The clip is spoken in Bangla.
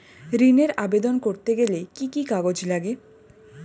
ঋণের আবেদন করতে গেলে কি কি কাগজ লাগে?